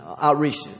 outreach